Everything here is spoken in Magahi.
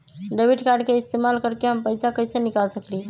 डेबिट कार्ड के इस्तेमाल करके हम पैईसा कईसे निकाल सकलि ह?